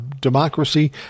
democracy